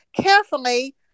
carefully